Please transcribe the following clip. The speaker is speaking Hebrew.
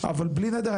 אבל בלי נדר,